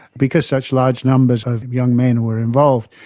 because such large numbers of young men were involved,